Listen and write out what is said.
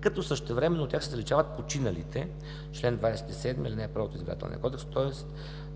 като същевременно от тях се заличават починалите – чл. 27, ал. 1 от Избирателния кодекс, тоест